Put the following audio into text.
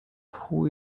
who